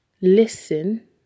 listen